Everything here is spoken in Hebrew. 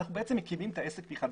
אנחנו בעצם מקימים את העסק מחדש.